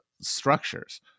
structures